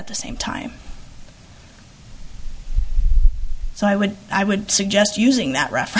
at the same time so i would i would suggest using that r